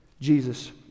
Jesus